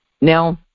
Now